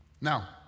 Now